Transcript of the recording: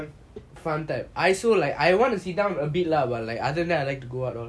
fun type I also like I also I want to sit down a bit lah but other time I like to go out